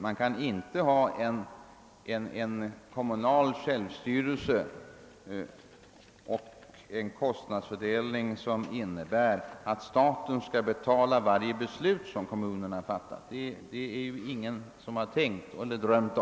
Man kan inte ha kommunal självstyrelse och en kostnadsfördelning som innebär att staten skall betala för varje beslut som kommunerna fattar — ingen har tänkt sig detta.